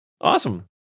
Awesome